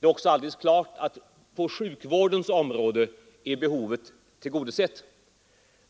Det är alldeles klart att behovet på hörselsjukvårdens område är tillgodosett.